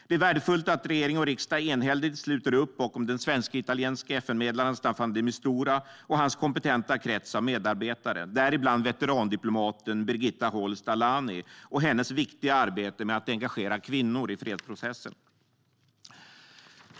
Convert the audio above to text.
Det är värdefullt att regering och riksdag enhälligt sluter upp bakom den svensk-italienske FN-medlaren Staffan de Mistura och hans kompetenta krets av medarbetare, däribland veterandiplomaten Birgitta Holst Alani och hennes viktiga arbete med att engagera kvinnor i fredsprocessen.